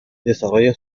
desarrolla